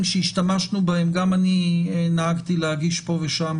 שהשתמשנו בהם גם אני נהגתי להגיש פה ושם